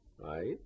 right